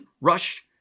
rush